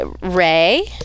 Ray